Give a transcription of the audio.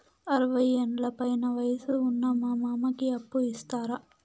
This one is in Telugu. అరవయ్యేండ్ల పైన వయసు ఉన్న మా మామకి అప్పు ఇస్తారా